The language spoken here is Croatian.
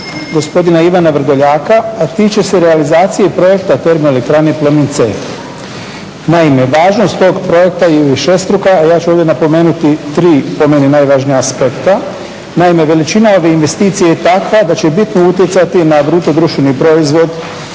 Gospodina Ivana Vrdoljaka, a tiče se realizacije projekta termoelektrane Plomin C. Naime važnost tog projekta je višestruka, a ja ću ovdje napomenuti 3 po meni najvažnija aspekta. Naime veličina ove investicije je takva da će bitno utjecati na BDP ove